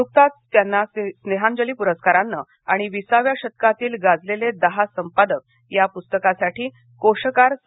नुकतंच त्यांना स्नेहांजली पुरस्कारानं आणि विसाव्या शतकातील गाजलेले दहा संपादक या पुस्तकासाठी कोशकार स